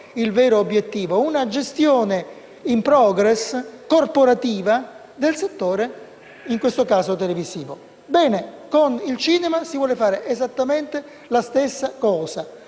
del vero obiettivo, che è una gestione *in progress* e corporativa del settore, in questo caso televisivo. Ebbene, con il cinema si vuole fare esattamente la stessa cosa: